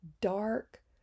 dark